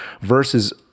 versus